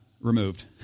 removed